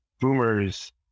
boomers